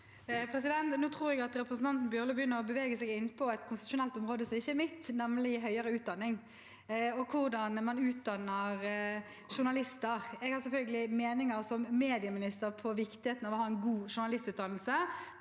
Nå tror jeg at representanten Bjørlo begynner å bevege seg inn på et konstitusjonelt område som ikke er mitt, nemlig høyere utdanning og hvordan man utdanner journalister. Jeg har selvfølgelig som medieminister meninger om viktigheten av å ha en god journalistutdannelse